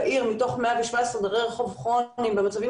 מתוך 117 דיירי רחוב כרוניים במצבים